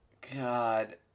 God